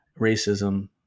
racism